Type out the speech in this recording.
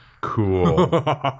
cool